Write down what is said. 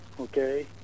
okay